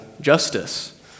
justice